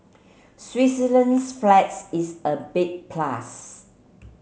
Switzerland's flags is a big plus